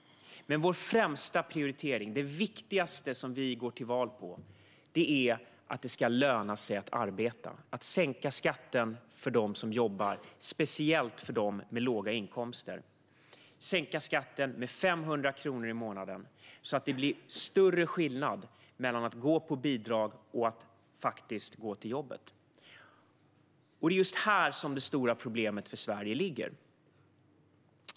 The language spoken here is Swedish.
Men vår främsta prioritering, det viktigaste som vi går till val på, är att det ska löna sig att arbeta. Vi ska sänka skatten för dem som jobbar, speciellt för dem med låga inkomster. Vi ska sänka skatten med 500 kronor i månaden, så att det blir större skillnad mellan att gå på bidrag och att gå till jobbet. Det är just här som det stora problemet för Sverige ligger.